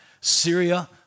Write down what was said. Syria